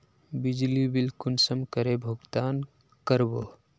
बिजली बिल कुंसम करे भुगतान कर बो?